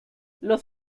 los